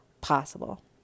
possible